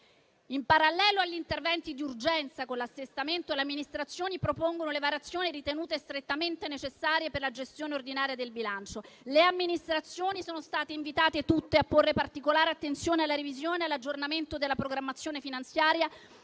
In parallelo agli interventi di urgenza, con l'assestamento le Amministrazioni propongono le variazioni ritenute strettamente necessarie per la gestione ordinaria del bilancio. Le Amministrazioni sono state invitate tutte a porre particolare attenzione alla revisione e all'aggiornamento della programmazione finanziaria